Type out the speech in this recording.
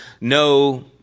no